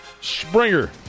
Springer